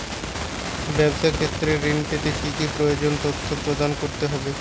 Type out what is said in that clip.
ব্যাবসা ক্ষেত্রে ঋণ পেতে কি কি প্রয়োজনীয় তথ্য প্রদান করতে হবে?